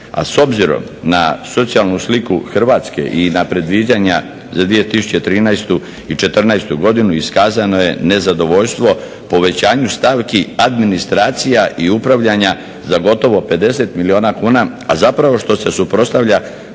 A s obzirom na socijalnu sliku Hrvatske i na predviđanja za 2013. i 2014.godinu iskazano je nezadovoljstvo povećanju stavki administracija i upravljanja za gotovo 50 milijuna kuna, a zapravo što se suprotstavlja